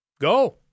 go